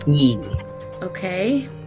Okay